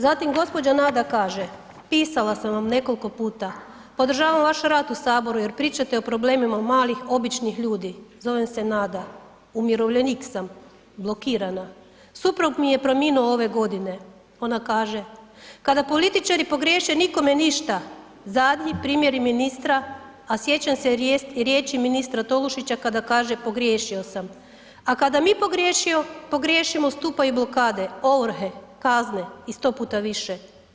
Zatim gđa. Nada kaže, pisala sam vam nekoliko puta, podržavam vaš rad u HS jer pričate o problemima malih, običnih ljudi, zovem se Nada, umirovljenik sam, blokirana, suprug mi je preminuo ove godine, ona kaže kada političari pogriješe nikome ništa, zadnji primjeri ministra, a sjećam se riječi ministra Tolušića kada kaže pogriješio sam, a kada mi pogriješimo stupaju blokade, ovrhe, kazne i sto puta više.